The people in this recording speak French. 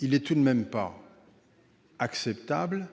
Il n'est tout de même pas acceptable